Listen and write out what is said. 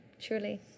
truly